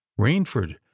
rainford